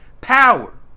power